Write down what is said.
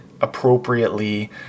appropriately